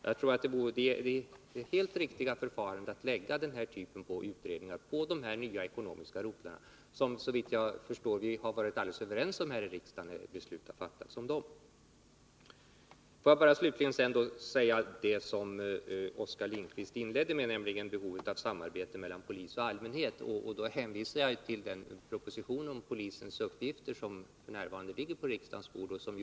Jag tror att det är ett helt riktigt förfarande att lägga den här typen av utredningar på de nya ekonomiska rotlarna. Såvitt jag förstår var vi helt överens här i riksdagen när beslut fattades om dessa rotlar. Får jag slutligen beröra det som Oskar Lindkvist inledde sitt anförande med, nämligen frågan om behovet av samarbete mellan polis och allmänhet. Jag hänvisar därvidlag till den proposition om polisens uppgifter som f. n. ligger på riksdagens bord.